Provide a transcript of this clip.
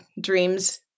dreams